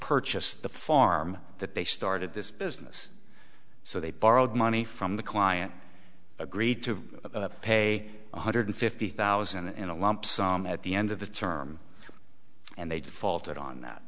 purchase the farm that they started this business so they borrowed money from the client agreed to pay one hundred fifty thousand in a lump sum at the end of the term and they defaulted on that